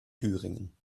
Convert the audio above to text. thüringen